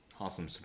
Awesome